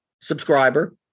subscriber